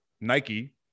Nike